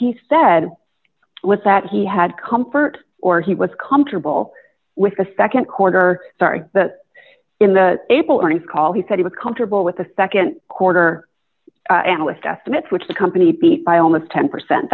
he said was that he had comfort or he was comfortable with the nd quarter sorry but in the april earnings call he said he was comfortable with the nd quarter analyst estimates which the company peak by almost ten percent